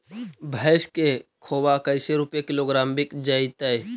भैस के खोबा कैसे रूपये किलोग्राम बिक जइतै?